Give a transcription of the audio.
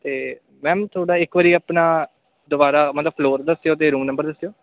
ਅਤੇ ਮੈਮ ਤੁਹਾਡਾ ਇੱਕ ਵਾਰ ਆਪਣਾ ਦੁਬਾਰਾ ਮਤਲਬ ਫਲੋਰ ਦੱਸਿਓ ਅਤੇ ਰੂਮ ਨੰਬਰ ਦੱਸਿਓ